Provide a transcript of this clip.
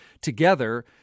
together